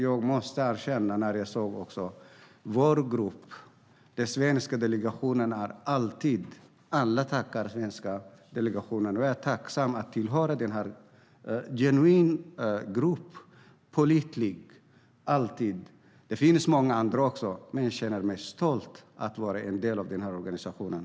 Jag måste erkänna något beträffande vår grupp, den svenska delegationen. Alla tackar den svenska delegationen, och jag är tacksam över att tillhöra den här genuina gruppen, alltid pålitlig. Det finns många andra också, men jag känner mig stolt över att vara en del av den här organisationen.